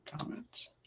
comments